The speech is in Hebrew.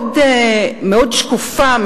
מאוד שקופה,